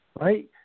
right